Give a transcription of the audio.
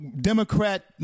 Democrat